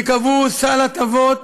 שקבעו סל הטבות,